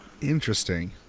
Interesting